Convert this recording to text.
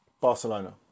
Barcelona